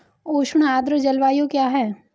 उष्ण आर्द्र जलवायु क्या है?